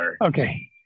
Okay